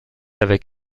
avec